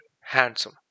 handsome